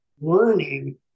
learning